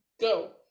go